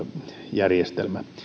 järjestelmä